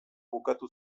bukatu